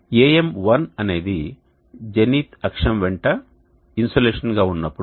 AM1 అనేది zenith అక్షం వెంట ఇన్సోలేషన్ గా ఉన్నప్పుడు